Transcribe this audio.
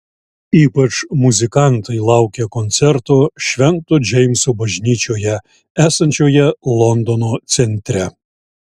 ypač muzikantai laukia koncerto švento džeimso bažnyčioje esančioje londono centre